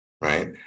right